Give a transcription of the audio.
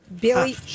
Billy